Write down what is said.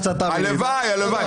הלוואי, הלוואי.